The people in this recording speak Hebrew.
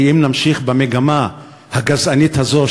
כי אם נמשיך במגמה הגזענית הזאת,